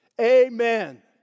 Amen